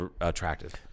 attractive